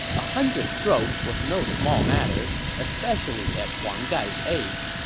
a hundred strokes was no small matter, especially at huang gai's age.